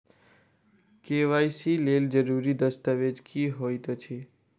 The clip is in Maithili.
के.वाई.सी लेल जरूरी दस्तावेज की होइत अछि?